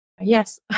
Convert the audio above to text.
Yes